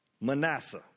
Manasseh